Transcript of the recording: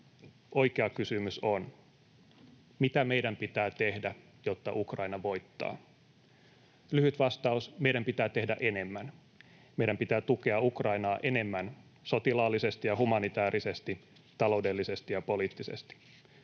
Oikea kysymys on, mitä meidän pitää tehdä, jotta Ukraina voittaa. Lyhyt vastaus: meidän pitää tehdä enemmän. Meidän pitää tukea Ukrainaa enemmän sotilaallisesti ja humanitäärisesti, taloudellisesti ja poliittisesti.